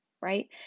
right